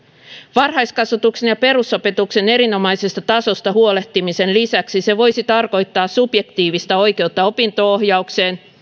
varhaiskasvatuksen ja perusopetuksen erinomaisesta tasosta huolehtimisen lisäksi se voisi tarkoittaa subjektiivista oikeutta opinto ohjaukseen